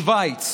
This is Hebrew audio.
שווייץ,